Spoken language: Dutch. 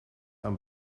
aan